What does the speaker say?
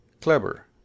Clever